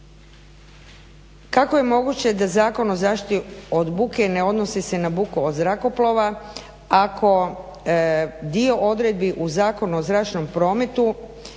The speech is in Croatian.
Kako je moguće da Zakon o zaštiti od buke ne odnosi se na buku od zrakoplova ako dio odredbi u Zakonu o zračnom prometu